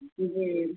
जी जी